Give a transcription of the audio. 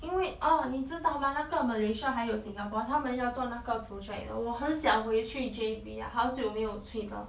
因为 orh 你知道吗那个 malaysia 还有 singapore 他们要做那个 project 的我很想回去 J_B ah 好久没有去到